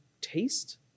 taste